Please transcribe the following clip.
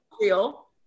real